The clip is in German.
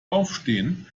aufstehen